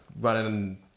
running